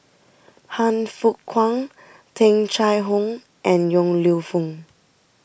Han Fook Kwang Tung Chye Hong and Yong Lew Foong